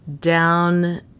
down